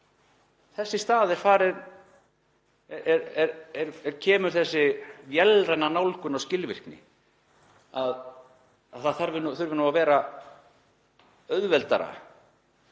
Þess í stað kemur þessi vélræna nálgun á skilvirkni, að það þurfi nú að vera auðveldara